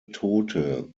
tote